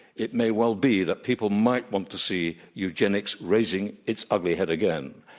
it may well be that people might want tosee eugenics raising its ugly head again.